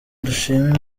dushima